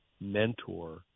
mentor